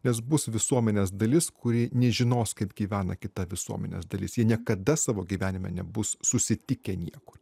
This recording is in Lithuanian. nes bus visuomenės dalis kuri nežinos kaip gyvena kita visuomenės dalis jie niekada savo gyvenime nebus susitikę niekur